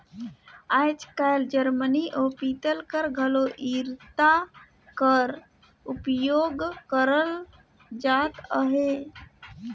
आएज काएल जरमनी अउ पीतल कर घलो इरता कर उपियोग करल जात अहे